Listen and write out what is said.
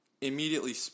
Immediately